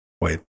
Wait